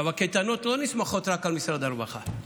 הקייטנות לא נסמכות רק על משרד הרווחה,